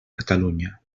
catalunya